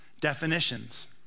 definitions